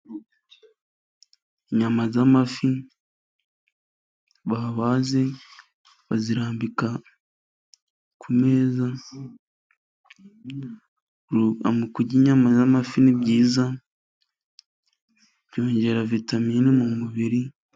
Inyama z'amafi, babaze bazirambika ku meza, kurya inyama z'amafi ni byiza, byongera vitamini mu mubiri,..